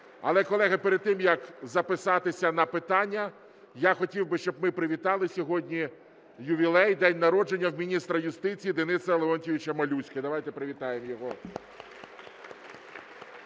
Але, колеги, перед тим, як записатися на питання, я хотів би, щоб ми привітали, сьогодні ювілей, день народження міністра юстиції Дениса Леонтійовича Малюськи. Давайте привітаємо його.